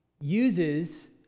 uses